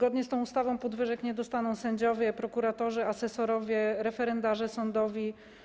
Zgodnie z tą ustawą podwyżek nie dostaną sędziowie, prokuratorzy, asesorowie oraz referendarze sądowi.